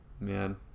man